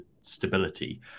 stability